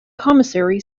commissary